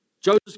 Joseph